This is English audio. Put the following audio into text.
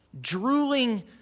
drooling